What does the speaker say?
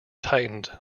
tightened